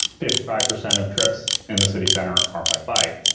fifty five percent of trips in the city center are by bike.